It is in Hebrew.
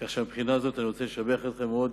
כך שמבחינה זו אני רוצה לשבח אתכם מאוד.